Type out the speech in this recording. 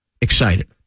excited